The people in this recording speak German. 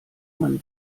man